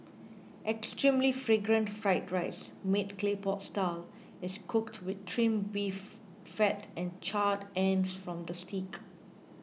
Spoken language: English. extremely Fragrant Fried Rice made Clay Pot Style is cooked with Trimmed Beef Fat and charred ends from the steak